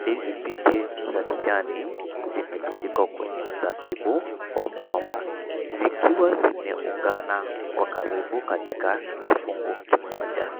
Ndizi za kijani zimetandikwa kwenye mzabibu wa mgomba, zikiwa zimeungana kwa karibu katika kifungu kimoja.